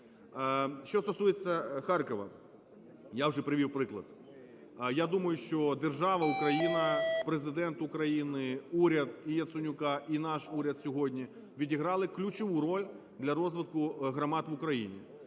Що стосується Харкова, я вже привів приклад. Я думаю, що держава Україна, Президент України, уряд і Яценюка, і наш уряд сьогодні відіграли ключову роль для розвитку громад в Україні.